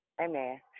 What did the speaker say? Amen